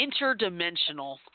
interdimensional